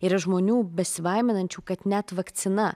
yra žmonių besibaiminančių kad net vakcina